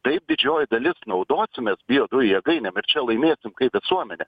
taip didžioji dalis naudosimės biodujų jėgainėm ir čia laimėsim kaip visuomenė